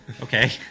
Okay